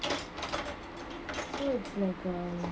like um